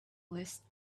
list